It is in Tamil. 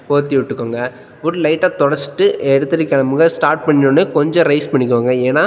போர்த்தி விட்டுக்கோங்க மொதல் லைட்டாக துடச்சிட்டு எடுத்துகிட்டு கிளம்புங்க ஸ்டார்ட் பண்ணிணோனோ கொஞ்சம் ரைஸ் பண்ணிக்கோங்க ஏன்னால்